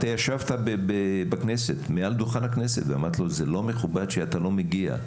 אתה ישבת מעל דוכן הכנסת ואמרתי לו שזה לא מכובד שאתה לא מגיע.